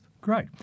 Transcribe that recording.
Great